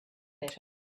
better